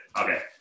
Okay